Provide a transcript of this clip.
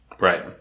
Right